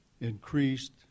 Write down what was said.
increased